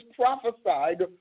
prophesied